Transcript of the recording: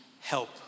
help